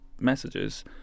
messages